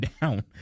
down